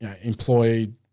employee